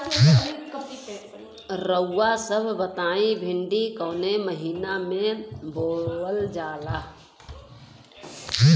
रउआ सभ बताई भिंडी कवने महीना में बोवल जाला?